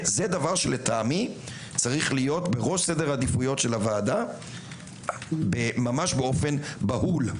זה דבר שלדעתי צריך להיות בראש סדר העדיפויות של הוועדה ממש באופן בהול.